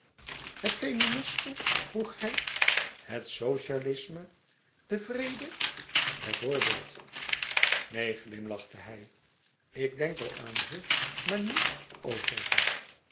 het feminisme vroeg hij het socialisme de vrede bijvoorbeeld neen glimlachte hij ik denk wel aan ze maar niet over